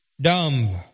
dumb